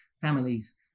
Families